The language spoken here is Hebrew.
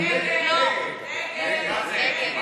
אנחנו בעד לדון